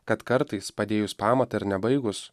kad kartais padėjus pamatą ir nebaigus